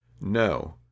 No